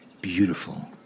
beautiful